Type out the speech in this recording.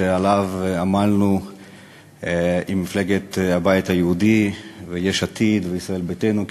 שעליו עמלנו עם מפלגת הבית היהודי ועם יש עתיד וישראל ביתנו,